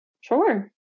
Sure